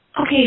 Okay